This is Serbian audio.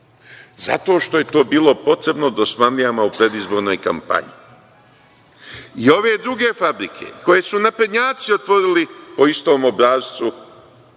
Zato što je to bilo potrebno da osmanlijama u predizbornoj kampanji i ove druge fabrike koje su naprednjaci otvorili po istom obrascu